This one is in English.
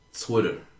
Twitter